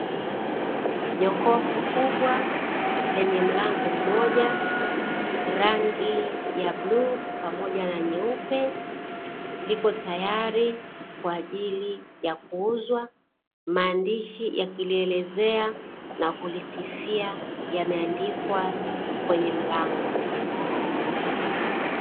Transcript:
Jokofu kubwa lenye mlango mmoja, rangi ya bluu, pamoja na nyeupe, liko tayari kwa ajili ya kuuzwa, maandishi yakilielezea na kulisifia yameandikwa kwenye mlango.